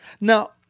Now